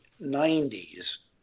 90s